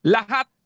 Lahat